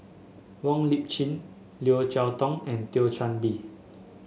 Wong Lip Chin Yeo Cheow Tong and Thio Chan Bee